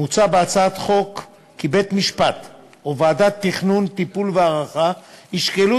מוצע בהצעת חוק כי בית-משפט או ועדת תכנון טיפול והערכה ישקלו